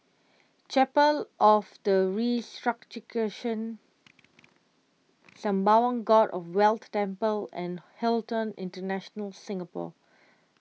Chapel of the Sembawang God of Wealth Temple and Hilton International Singapore